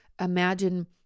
imagine